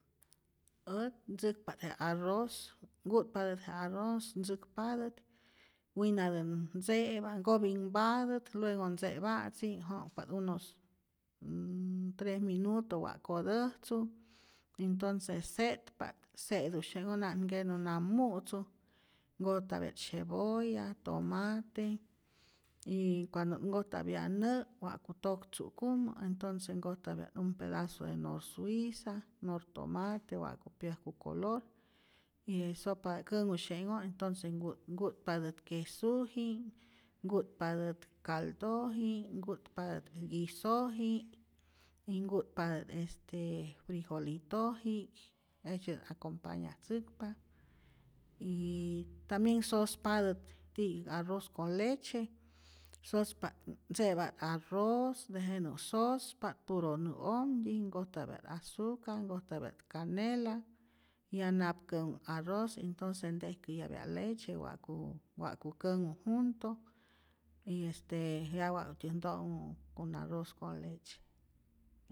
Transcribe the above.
Ät ntzäkpat je arroz, ku'tpatät je arroz, ntzäkpatät winatän ntze'pa, nkopinhpatät, luego ntze'pa'tzi' jo'kpa't unos tres minuto wa' kotäjtzu, entonce se'tpa't, se'tusye'nhoj na'at nkenu nam mu'tzu, nkojtapya't cebolla, tomate y cuando't nkojtapya nä' wa'ku toktzu'kumu entonce nkojtapya't un pedazo de norzuiza, nortomate, wa'ku pyäjku color y je sopa känhusye'nhoj entonce nkut nkutpatät quesujinh, nku'tpatät caldojinh, ngutpatänh guisojinh, y nku'tpatät este frijolitojinh, jejtzyetä acompañatzäkpa y tambien sospatät ti' arroz con leche, sospa't ntze'pa't arroz, tejenä sospa't puro nä'ojmtyi, nkojtapya't azucar, nkojtyapa't canela, ya nap känh'u'ak arroz entonce ntejkäjyapya't leche wa'ku wa'ku känhu junto y este ya wa'ktyä nto'nhu con arroz con leche.